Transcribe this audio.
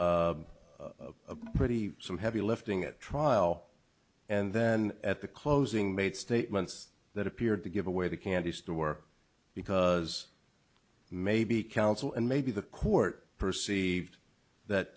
pretty some heavy lifting at trial and then at the closing made statements that appeared to give away the candy store because maybe counsel and maybe the court perceived